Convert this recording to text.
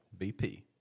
BP